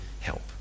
help